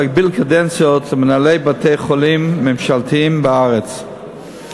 להגביל קדנציות של מנהלי בתי-חולים ממשלתיים בארץ.